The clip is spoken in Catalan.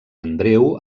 andreu